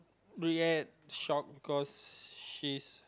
yes shock cause she's